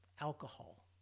alcohol